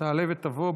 תעלה ותבוא,